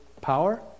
power